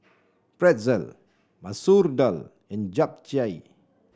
Pretzel Masoor Dal and Japchae